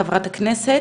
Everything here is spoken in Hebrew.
חה"כ.